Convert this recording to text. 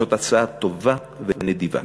זאת הצעה טובה ונדיבה,